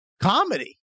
comedy